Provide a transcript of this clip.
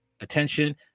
attention